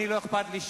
לא אכפת לי.